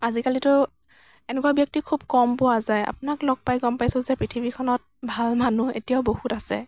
আজিকালিতো এনেকুৱা ব্যক্তি খুব কম পোৱা যায় আপোনাক লগ পাই গ'ম পাইছো যে পৃথিৱীখনত ভাল মানুহ এতিয়াও বহুত আছে